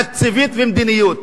תקציבית ומדיניות,